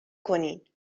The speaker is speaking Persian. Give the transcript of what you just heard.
کنین